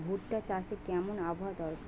ভুট্টা চাষে কেমন আবহাওয়া দরকার?